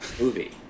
movie